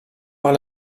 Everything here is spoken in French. par